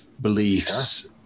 beliefs